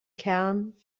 kern